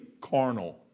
carnal